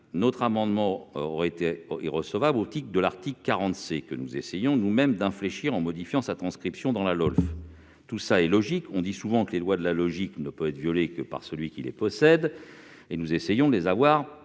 Notre amendement a été déclaré irrecevable au titre de l'article 40, que nous essayons d'infléchir en modifiant sa transcription dans la LOLF. Tout cela est logique. D'ailleurs, on dit souvent que les lois de la logique ne peuvent être violées que par ceux qui les possèdent ... Nous essayons donc de nous